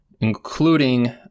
including